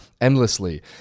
endlessly